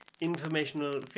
informational